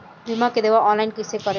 बीमा के दावा ऑनलाइन कैसे करेम?